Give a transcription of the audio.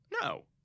No